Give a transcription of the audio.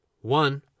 One